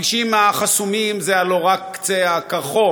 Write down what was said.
הכבישים החסומים זה הלוא רק קצה הקרחון.